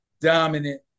dominant